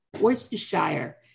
Worcestershire